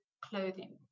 clothing